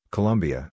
Colombia